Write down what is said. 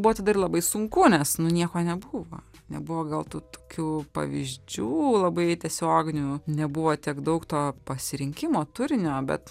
buvo tada ir labai sunku nes nu nieko nebuvo nebuvo gal tų tokių pavyzdžių labai tiesioginių nebuvo tiek daug to pasirinkimo turinio bet